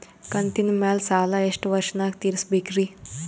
ಕಂತಿನ ಮ್ಯಾಲ ಸಾಲಾ ಎಷ್ಟ ವರ್ಷ ನ್ಯಾಗ ತೀರಸ ಬೇಕ್ರಿ?